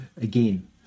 again